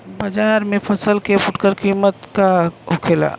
बाजार में फसल के फुटकर कीमत का होखेला?